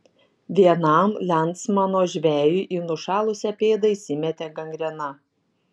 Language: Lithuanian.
vienam lensmano žvejui į nušalusią pėdą įsimetė gangrena